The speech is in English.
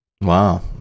wow